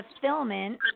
fulfillment